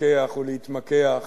להתווכח ולהתמקח